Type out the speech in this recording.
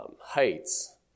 heights